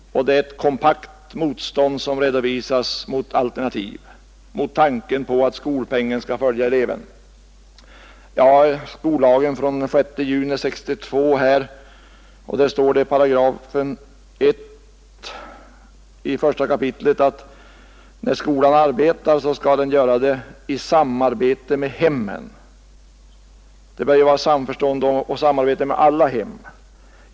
Det redovisas ett kompakt motstånd mot alternativ, mot tanken på att skolpengen skall följa eleven. I skollagen den 6 juni 1962 står det i I kap. 1 8 att när skolan arbetar skall den göra det i samarbete med hemmen. Det bör vara samförstånd och samarbete med alla hem.